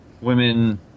women